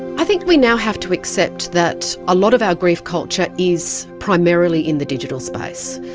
i think we now have to accept that a lot of our grief culture is primarily in the digital space,